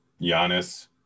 Giannis